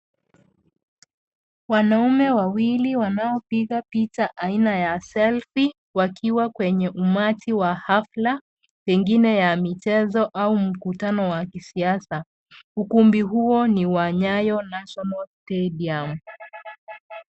Wanaume wawili wanaopiga picha aina selfie wakiwa kwenye Umati wa hafla, pengine ya michezo au mkutano wa kisiasa. Ukumbi huo ni wa Nyayo national stadium .